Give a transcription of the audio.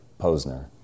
Posner